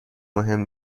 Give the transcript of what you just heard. مهم